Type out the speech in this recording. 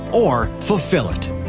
or fulfill it?